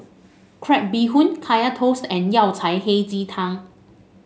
Crab Bee Hoon Kaya Toast and Yao Cai Hei Ji Tang